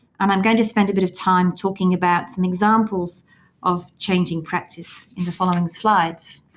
and i'm going to spend a bit of time talking about some examples of changing practice in the following slides.